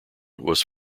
was